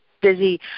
busy